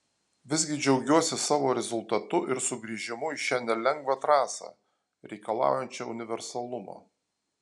visgi džiaugiuosi savo rezultatu ir sugrįžimu į šią nelengvą trasą reikalaujančią universalumo